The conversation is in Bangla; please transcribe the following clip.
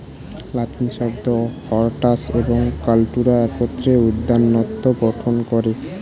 লাতিন শব্দ হরটাস এবং কাল্টুরা একত্রে উদ্যানতত্ত্ব গঠন করে